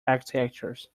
architectures